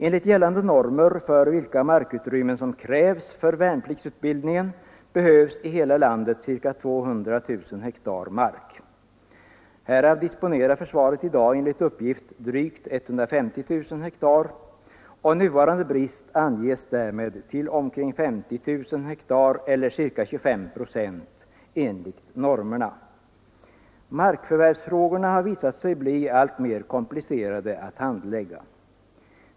Enligt gällande normer för vilka markutrymmen som krävs för värnpliktsutbildningen behövs i hela landet ca 200 000 hektar mark. Härav disponerar försvaret i dag enligt uppgift drygt 150 000 hektar, och nuvarande brist anges därmed till omkring 50 000 hektar eller ca 25 procent enligt normerna. Markförvärvsfrågorna har visat sig bli alltmer komplicerade att handlägga.